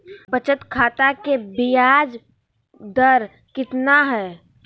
बचत खाता के बियाज दर कितना है?